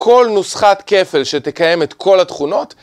כל נוסחת כפל שתקיים את כל התכונות